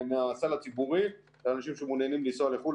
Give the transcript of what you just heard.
מהסל הציבורי, לאנשים שמעוניינים לנסוע לחו"ל.